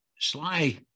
sly